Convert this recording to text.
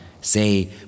Say